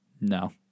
No